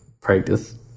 practice